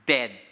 Dead